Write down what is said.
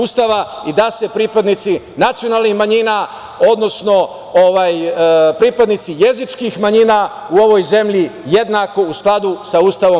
Ustava, da se pripadnici nacionalnih manjina, odnosno pripadnici jezičkih manjina u ovoj zemlji jednako tretiraju, u skladu sa Ustavom.